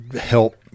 help